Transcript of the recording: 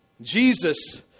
Jesus